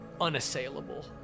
unassailable